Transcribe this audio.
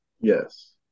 Yes